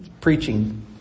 preaching